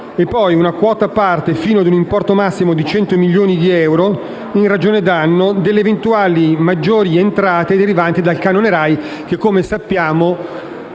e poi una quota parte, fino a un importo massimo di 100 milioni di euro in ragione d'anno, delle eventuali maggiori entrate derivanti dal canone RAI che, come sappiamo,